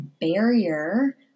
barrier